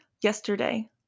yesterday